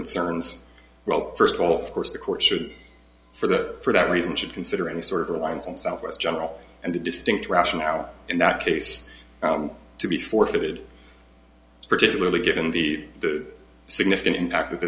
concerns well first of all of course the court should for the for that reason should consider any sort of reliance on southwest general and the distinct rationale in that case to be forfeited particularly given the significant impact